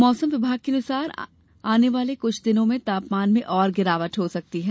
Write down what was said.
मौसम विभाग के अनुसार आने वाले कृछ दिनों में तापमान में और गिरावट हो सकती है